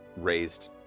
raised